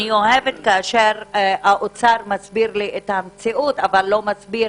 אני אוהבת שהאוצר מסביר את המציאות אך לא מסביר,